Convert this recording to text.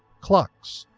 clocks,